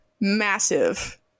Massive